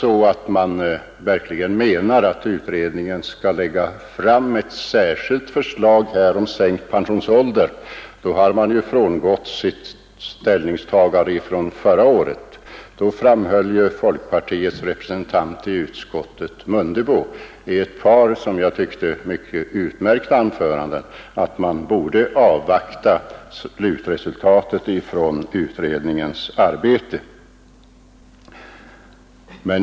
Menar man verkligen att utredningen skall lägga fram ett delförslag om sänkt pensionsålder, har man ju frångått sitt ställningstagande från förra året. Då framhöll folkpartiets representant i utskottet, herr Mundebo, i ett par, som jag tyckte, utmärkta anföranden att man borde avvakta slutresultatet av utredningens arbete.